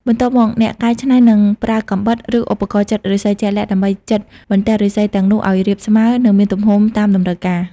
បន្ទាប់មក អ្នកកែច្នៃនឹងប្រើកាំបិត ឬឧបករណ៍ចិតឫស្សីជាក់លាក់ដើម្បីចិតបន្ទះឫស្សីទាំងនោះឲ្យរាបស្មើ និងមានទំហំតាមតម្រូវការ។